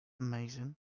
Amazing